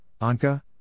Anka